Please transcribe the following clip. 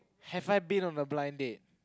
have I been on a blind date